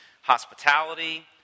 hospitality